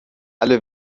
alle